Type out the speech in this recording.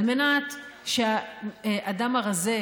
שהאדם הרזה,